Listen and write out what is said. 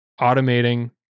automating